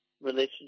relationship